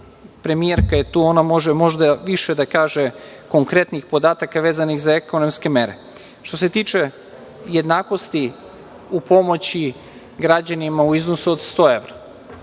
premijerka je tu, ona može više da kaže konkretnih podataka vezanih za ekonomskih mera. Što se tiče jednakosti u pomoći građanima u iznosu od 100 evra,